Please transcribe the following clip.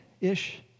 ish